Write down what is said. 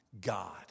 God